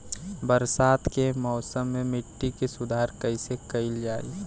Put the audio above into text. बरसात के मौसम में मिट्टी के सुधार कईसे कईल जाई?